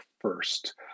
first